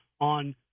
on